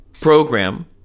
program